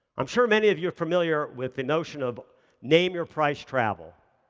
i'm sure many of you are familiar with the notion of name-your-price travel.